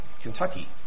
Kentucky